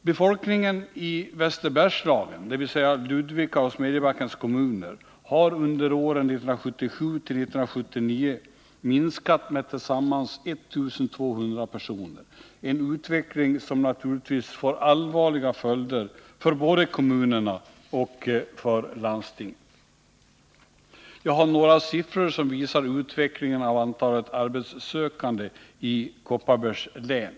Befolkningen i Västerbergslagen, dvs. Ludvika och Smedjebackens kommuner, har under åren 1977-1979 minskat med tillsammans 1 200 personer, en utveckling som naturligtvis får allvarliga följder för både kommunerna och landstinget. Jag har några siffror som visar utvecklingen av antalet arbetssökande i Kopparbergs län.